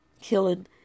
killing